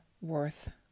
worth